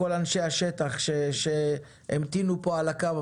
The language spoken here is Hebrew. לכל אנשי השטח שהמתינו פה על הקו.